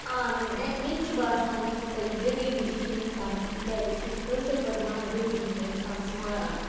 آ مےٚ مےٚ تہِ چھُ باسان یُس ہَسا یہِ غریٖبی چھِ یہِ چھِ اِنسانَس تِکیٛازِ یہِ چھِ أسۍ کٲشِر پٲٹھۍ وَنان غریٖبی چھِ اِنسانَس ماران